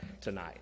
tonight